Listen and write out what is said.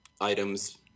items